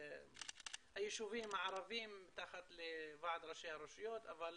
היישובים הערביים מתחת לוועד ראשי הרשויות, אבל